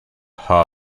hub